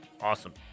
Awesome